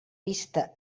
vista